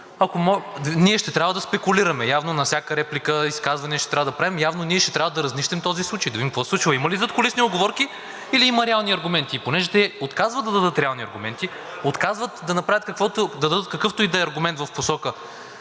ние ще трябва да спекулираме, явно на всяка реплика изказване ще трябва да правим, явно ние ще трябва да разнищим този случай и да видим какво се случва – има ли задкулисни уговорки, или има реални аргументи. И понеже те отказват да дадат реални аргументи, отказват да дадат какъвто и да е аргумент в посока,